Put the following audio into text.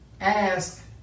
ask